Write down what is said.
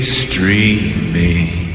streaming